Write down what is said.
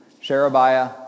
Sherebiah